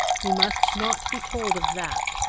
we must not be told of that,